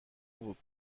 بود